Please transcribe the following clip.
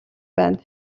байна